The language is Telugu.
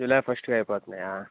జులై ఫస్ట్కి అయిపోతున్నాయా